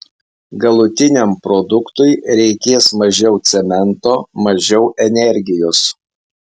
galutiniam produktui reikės mažiau cemento mažiau energijos